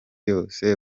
yose